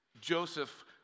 Joseph